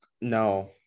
No